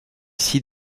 sites